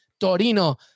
Torino